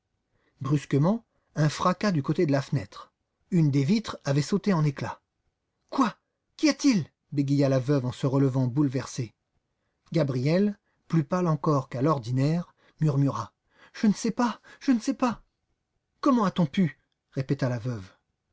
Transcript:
brusquement un fracas du côté de la fenêtre une des vitres avait sauté en éclats quoi qu'y a-t-il bégaya la veuve en se relevant bouleversée gabriel plus pâle encore qu'à l'ordinaire murmura je ne sais pas je ne sais pas comment a-t-on pu répéta la veuve